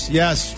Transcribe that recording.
yes